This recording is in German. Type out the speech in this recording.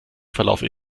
verlaufe